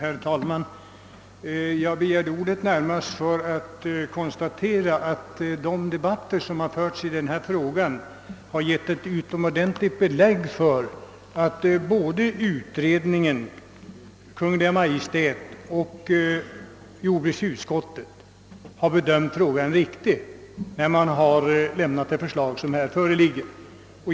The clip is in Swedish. Herr talman! Jag begärde ordet närmast för att konstatera att de debatter som förts i denna fråga har gett ett utomordentligt gott belägg för att såväl utredningen och Kungl. Maj:t som jordbruksutskottet har bedömt frågan riktigt i det förslag som nu föreligger.